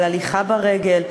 על הליכה ברגל,